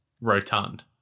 rotund